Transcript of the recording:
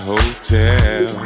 Hotel